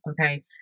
okay